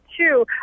two